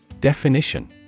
Definition